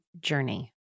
journey